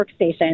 workstation